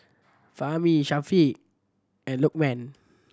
Fahmi Syafiq and Lokman